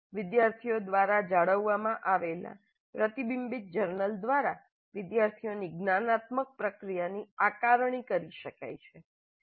વિદ્યાર્થીઓ દ્વારા જાળવવામાં આવેલા પ્રતિબિંબીત જર્નલ દ્વારા વિદ્યાર્થીઓની જ્ઞાનાત્મક પ્રક્રિયાની આકારણી કરી શકાય છે